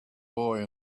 boy